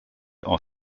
are